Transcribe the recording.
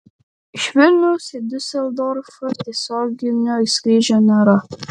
iš vilniaus į diuseldorfą tiesioginio skrydžio nėra